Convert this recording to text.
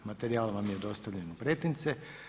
Materijal vam je dostavljen u pretince.